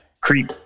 Creep